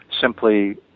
simply